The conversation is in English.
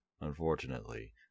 unfortunately